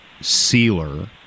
sealer